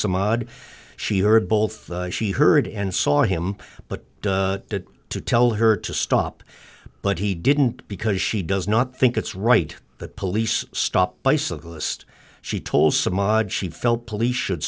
some odd she heard both she heard and saw him but to tell her to stop but he didn't because she does not think it's right that police stop bicyclist she told smog she felt police should